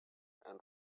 and